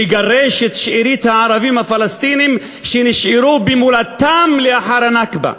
לגרש את שארית הערבים הפלסטינים שנשארו במולדתם לאחר הנכבה.